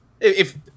if-